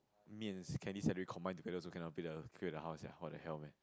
me and Kelly's salary combine together also cannot pay the pay the house sia what the hell man